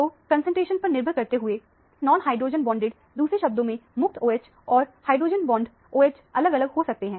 तो कंसंट्रेशन पर निर्भर करते हुए नॉन हाइड्रोजन बॉन्ड इंटेंसिटी दूसरे शब्दों में मुक्त OH और हाइड्रोजन बॉन्ड OH अलग अलग हो सकते हैं